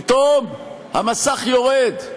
פתאום המסך יורד,